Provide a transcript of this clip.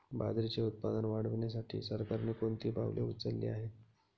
बाजरीचे उत्पादन वाढविण्यासाठी सरकारने कोणती पावले उचलली आहेत?